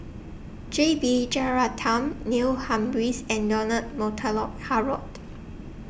J B Jeyaretnam Neil Humphreys and Leonard Montague Harrod